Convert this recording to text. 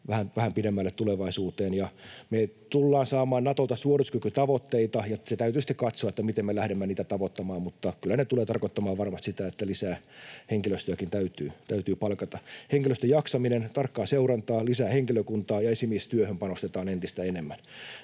vähän pidemmälle tulevaisuuteen. Me tullaan saamaan Natolta suorituskykytavoitteita, ja täytyy sitten katsoa, miten me lähdemme niitä tavoittamaan. Mutta kyllä ne tulevat tarkoittamaan varmasti sitä, että lisää henkilöstöäkin täytyy palkata. Henkilöstön jaksaminen: tarkkaa seurantaa, lisää henkilökuntaa, ja esimiestyöhön panostetaan entistä enemmän.